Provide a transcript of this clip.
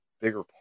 bigger